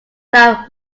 that